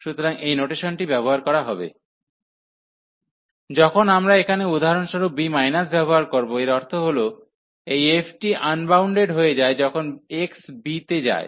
সুতরাং এই নোটেশনটি ব্যবহার করা হবে যখন আমরা এখানে উদাহরণস্বরূপ b ব্যবহার করব এর অর্থ হল এই f টি আনবাউন্ডেড হয়ে যায় যখন x b তে যায়